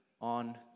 on